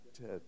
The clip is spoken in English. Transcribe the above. Ted